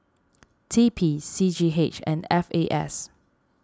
T P C G H and F A S